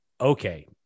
okay